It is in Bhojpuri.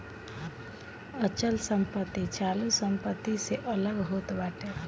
अचल संपत्ति चालू संपत्ति से अलग होत बाटे